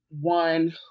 one